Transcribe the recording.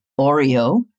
Oreo